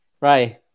Right